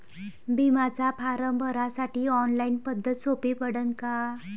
बिम्याचा फारम भरासाठी ऑनलाईन पद्धत सोपी पडन का?